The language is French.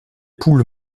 poules